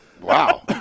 Wow